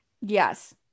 Yes